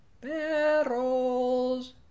barrels